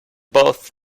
both